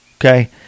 Okay